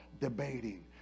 debating